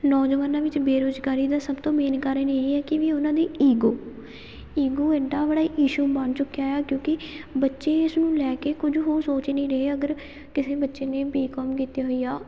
ਨੌਜਵਾਨਾਂ ਵਿੱਚ ਬੇਰੁਜ਼ਗਾਰੀ ਦਾ ਸਭ ਤੋਂ ਮੇਨ ਕਾਰਨ ਇਹ ਹੈ ਕਿ ਵੀ ਉਹਨਾਂ ਦੀ ਈਗੋ ਈਗੋ ਐਡਾ ਬੜਾ ਇਸ਼ੂ ਬਣ ਚੁੱਕਿਆ ਆ ਕਿਉਂਕਿ ਬੱਚੇ ਇਸਨੂੰ ਲੈ ਕੇ ਕੁਝ ਹੋਰ ਸੋਚ ਹੀ ਨਹੀਂ ਰਹੇ ਅਗਰ ਕਿਸੇ ਬੱਚੇ ਨੇ ਬੀਕੌਮ ਕੀਤੀ ਹੋਈ ਆ